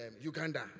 Uganda